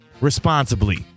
responsibly